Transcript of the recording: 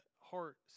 heart